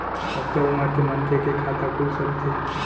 कतका उमर के मनखे के खाता खुल सकथे?